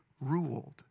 ruled